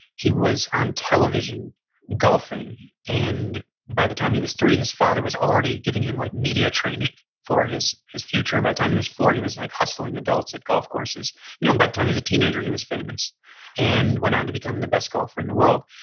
he was on television golfing. and by the time he was three his father was already giving him like media training for his his future. and by the time he was four he was like hustling adults at golf courses and you know by the time he's a teenager he was famous and went on to become the best golfer in the world.